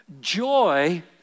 joy